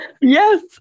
yes